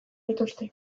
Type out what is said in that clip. dituzte